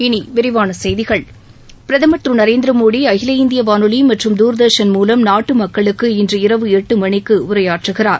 இனி விரிவான செய்திகள் பிரதமர் திரு நரேந்திர மோடி அகில இந்திய வானொலி மற்றும் தூர்தாஷன் மூலம் நாட்டு மக்களுக்கு இன்று இரவு எட்டு மணிக்கு உரையாற்றுகிறார்